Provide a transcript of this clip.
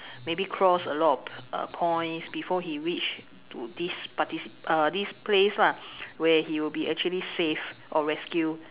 maybe cross a lot of uh points before he reach to this parti~ uh this place lah where he will be actually saved or rescued